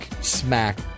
smack